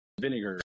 vinegar